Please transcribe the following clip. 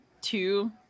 two